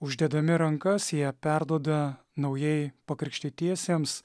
uždėdami rankas jie perduoda naujai pakrikštytiesiems